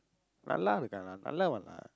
நல்லா இருக்கான்:nallaa irukkaan lah நல்லவன்:nallavan lah